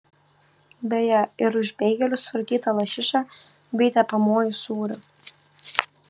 beje ir už beigelius su rūkyta lašiša bei tepamuoju sūriu